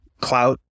Clout